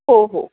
हो हो